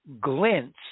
glints